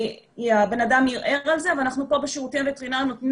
הבן אדם ערער על זה ואנחנו פה בשירותי וטרינרים נותנים